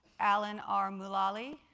alan r. mulally,